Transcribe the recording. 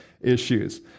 issues